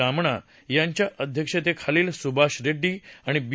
रामणा यांच्या अध्यक्षतेखालील सुभाष रेड्डी आणि बी